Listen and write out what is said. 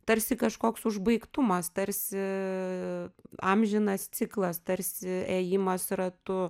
tarsi kažkoks užbaigtumas tarsi amžinas ciklas tarsi ėjimas ratu